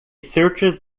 searches